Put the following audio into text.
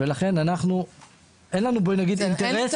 ולכן אנחנו אין לנו פה אינטרס --- אין לנו את